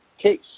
case